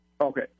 Okay